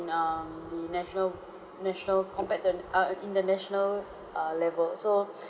um the national national compared to an uh international err level so